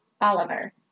Oliver